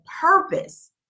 purpose